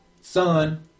Son